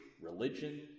religion